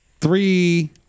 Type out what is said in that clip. three